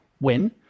win